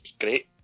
great